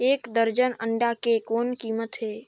एक दर्जन अंडा के कौन कीमत हे?